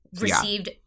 received